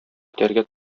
көтәргә